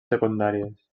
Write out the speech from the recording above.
secundàries